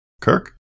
Kirk